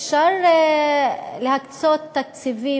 אפשר להקצות תקציבים,